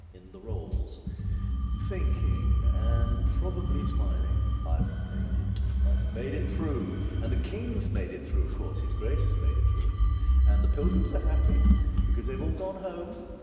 in the rolls thinking and probably smiling i've made it i've but made it through and the king's made it through of course his grace has made it through and the pilgrims are happy because they've all gone home,